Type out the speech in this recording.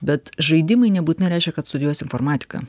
bet žaidimai nebūtinai reiškia kad studijuosi informatiką